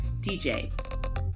DJ